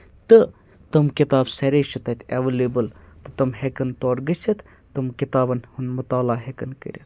تہٕ تٔمۍ کِتاب سارے چھِ تَتہِ اٮ۪ویلیبٕل تہٕ تِم ہٮ۪کَن تورٕ گٔژھِتھ تٔمۍ کِتابَن ہُنٛد مُطالعہ ہٮ۪کَن کٔرِتھ